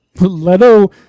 Leto